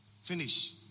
Finish